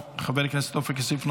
חבר הכנסת עופר כסיף,